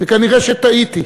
וכנראה טעיתי,